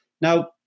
Now